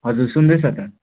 हजुर सुन्दै छ त